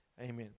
Amen